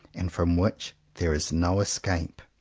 and from which there is no escape.